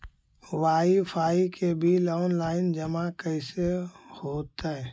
Wifi के bill online जमा कैसे होतै?